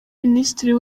minisitiri